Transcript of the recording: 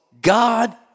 God